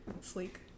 sleek